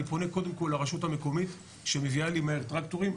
פונה קודם כל לרשות המקומית שמביאה לי מהר טרקטורים,